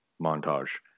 montage